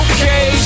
Okay